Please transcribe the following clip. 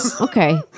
Okay